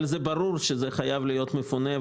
אבל זה ברור שזה חייב להיות מפונה,